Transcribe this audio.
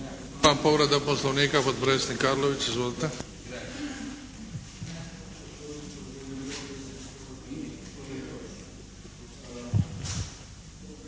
Hvala. Povreda Poslovnika potpredsjednik Arlović. Izvolite!